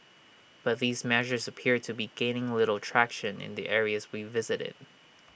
but these measures appear to be gaining little traction in the areas we visited